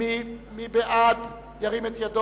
מי בעד סעיף 7 כהצעת הוועדה, ירים את ידו.